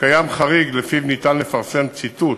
קיים חריג שלפיו ניתן לפרסם ציטוט